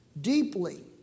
deeply